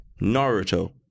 Naruto